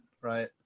Right